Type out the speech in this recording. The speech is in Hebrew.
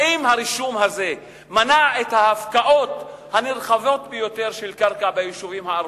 האם הרישום הזה מנע את ההפקעות הנרחבות ביותר של קרקע ביישובים הערביים?